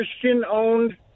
Christian-owned